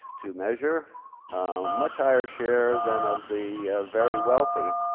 to measure much higher shares than of the very wealthy.